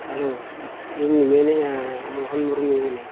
ᱤᱧ ᱢᱮᱱᱮᱫᱼᱟ ᱢᱚᱦᱳᱱ ᱢᱩᱨᱢᱩᱧ ᱢᱮᱱᱮᱫᱼᱟ